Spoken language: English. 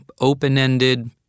open-ended